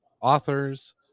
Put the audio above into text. authors